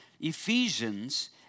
Ephesians